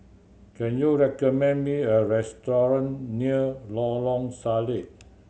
can you recommend me a restaurant near Lorong Salleh